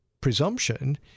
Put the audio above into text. presumption